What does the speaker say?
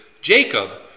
Jacob